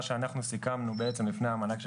מה שאנחנו סיכמנו בעצם לפני המענק של